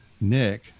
nick